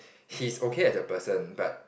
he's okay as a person but